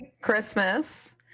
Christmas